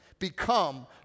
Become